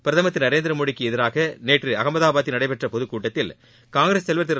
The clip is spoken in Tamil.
பிரதம் திரு நரேந்திரமோடிக்கு எதிராக நேற்று அகமதாபாத்தில் நடைபெற்ற பொதுக்கூட்டத்தில் காங்கிரஸ் தலைவா் திரு